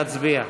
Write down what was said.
נא להצביע.